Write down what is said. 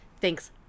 Thanks